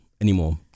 anymore